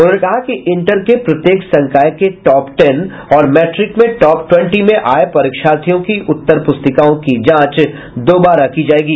उन्होंने कहा कि इंटर के प्रत्येक संकाय के टॉप टेन और मैट्रिक में टॉप टेवेंटी में आये परीक्षार्थियों के उत्तर प्रस्तिका की जांच दोबारा की जायेगी